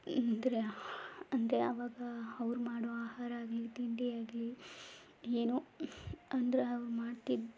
ಅಂದರೆ ಅಂದರೆ ಆವಾಗ ಅವ್ರು ಮಾಡೋ ಆಹಾರ ಆಗಲಿ ತಿಂಡಿಯಾಗಲಿ ಏನು ಅಂದರೆ ಅವ್ರು ಮಾಡ್ತಿದ್ದ